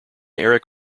eric